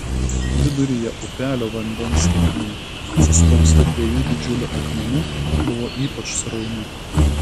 viduryje upelio vandens tėkmė suspausta dviejų didžiulių akmenų buvo ypač srauni